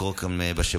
אז לקרוא גם בשמות.